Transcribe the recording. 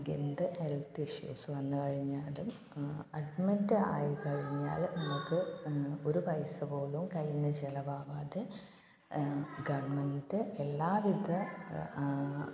നമുക്ക് എന്ത് health issues വന്ന് കഴിഞ്ഞാലും അഡ്മിറ്റ് ആയി കഴിഞ്ഞാൽ നമുക്ക് ഒരു പൈസ പോലും കൈയിൽ നിന്ന് ചിലവാകാതെ ഗെവണ്മെൻ്റ് എല്ലാ വിധ